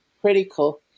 critical